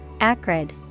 Acrid